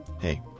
Hey